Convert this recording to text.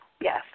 Yes